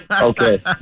Okay